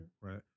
right